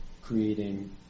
creating